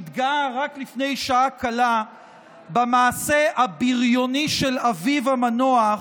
שהתגאה רק לפני שעה קלה במעשה הבריוני של אביו המנוח,